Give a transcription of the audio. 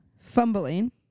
Fumbling